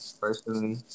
personally